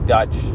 Dutch